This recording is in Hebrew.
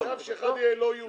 שאחד יהיה לא יהודי.